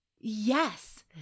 Yes